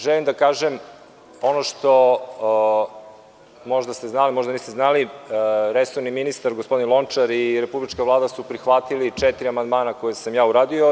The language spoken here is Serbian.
Želim da kažem ono što možda ste znali, možda niste znali, resorni ministar i republička Vlada su prihvatili četiri amandmana koja sam ja uradio.